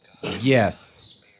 Yes